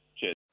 Cheers